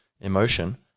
emotion